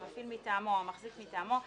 המפעיל מטעמו או המחזיק מטעמו,